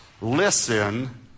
Listen